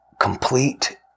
complete